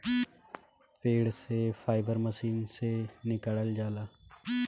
पेड़ से fibre machine से निकालल जाला